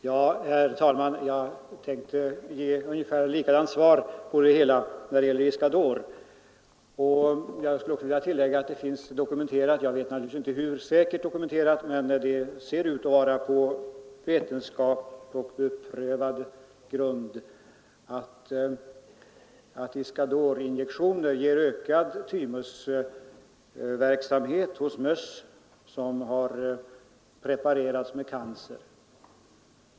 Herr talman! Jag tänkte ge ett ungefär likadant svar när det gäller Iscador. Jag vill också tillägga att det finns dokumenterat — jag vet inte hur säkert dokumenterat det är, men det ser ut att vara på vetenskaplig, beprövad grund — att Iscadorinjektioner ger ökad thymusverksamhet hos möss som har preparerats med cancer.